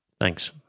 Thanks